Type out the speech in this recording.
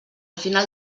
final